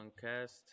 Cast